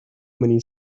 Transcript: many